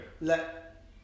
Let